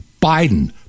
Biden